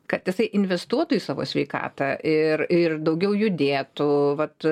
kad jisai investuotų į savo sveikatą ir ir daugiau judėtų vat